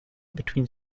between